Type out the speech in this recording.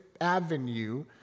avenue